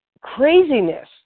craziness